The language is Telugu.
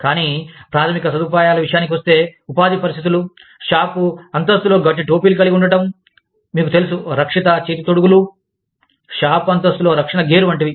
కానీ ప్రాథమిక సదుపాయాల విషయానికి వస్తే ఉపాధి పరిస్థితులు షాపు అంతస్తులో గట్టి టోపీలు కలిగి ఉండటం మీకు తెలుసు రక్షిత చేతి తొడుగులు షాపు అంతస్తులో రక్షణ గేర్ వంటివి